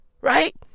right